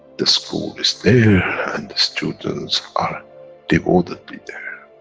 the school is there and the students are devotedly there.